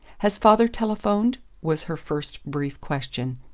has father telephoned? was her first brief question.